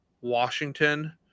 Washington